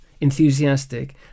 enthusiastic